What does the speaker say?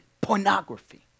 pornography